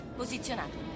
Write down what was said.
posizionato